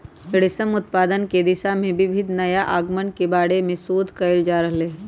रेशम उत्पादन के दिशा में विविध नया आयामन के बारे में शोध कइल जा रहले है